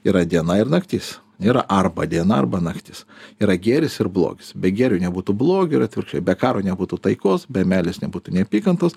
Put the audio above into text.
yra diena ir naktis nėra arba diena arba naktis yra gėris ir blogis be gėrio nebūtų blogio ir atvirkščiai be karo nebūtų taikos be meilės nebūtų neapykantos